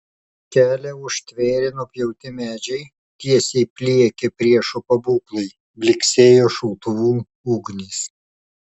kelią užtvėrė nupjauti medžiai tiesiai pliekė priešo pabūklai blyksėjo šautuvų ugnys